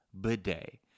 bidet